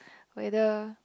whether